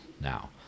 now